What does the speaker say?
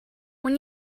when